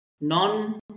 non